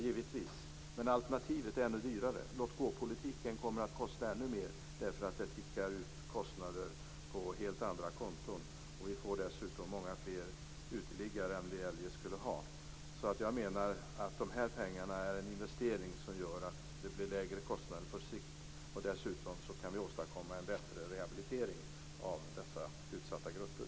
Givetvis, men alternativet är ännu dyrare. Låtgå-politiken kommer att kosta ännu mer, därför att kostnader då tickar ut på helt andra konton. Vi får dessutom många fler uteliggare än vi eljest skulle ha. Jag menar att de här pengarna är en investering, som gör att kostnaderna blir lägre på sikt. Dessutom kan vi åstadkomma en bättre rehabilitering av dessa utsatta grupper.